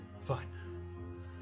Fine